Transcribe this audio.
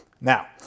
Now